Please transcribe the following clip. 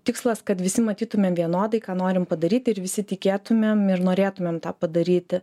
tikslas kad visi matytumėm vienodai ką norim padaryt ir visi tikėtumėm ir norėtumėm tą padaryti